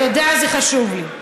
תודה, זה חשוב לי.